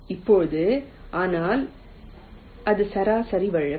இப்போது ஆனால் இது சராசரி வழக்கு